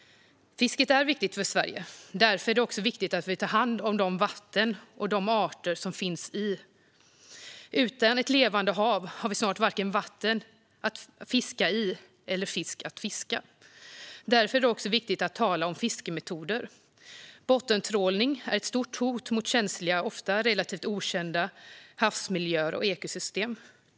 Fisket är viktigt för Sverige. Därför är det också viktigt att vi tar hand om de vatten och de arter som finns. Utan ett levande hav har vi snart vare sig vatten att fiska i eller fisk att fiska. Därför är det också viktigt att tala om fiskemetoder. Bottentrålning är ett stort hot mot känsliga, ofta relativt okända, havsmiljöer och ekosystem.